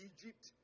Egypt